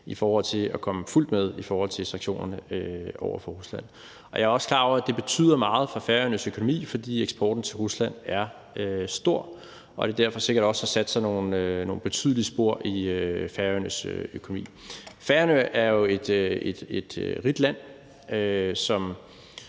i forhold til at komme fuldt med i sanktionerne over for Rusland. Og jeg er også klar over, at det betyder meget for Færøernes økonomi, fordi eksporten til Rusland er stor, og at det derfor sikkert også har sat sig nogle betydelige spor i Færøernes økonomi. Færøerne er jo et rigt land, som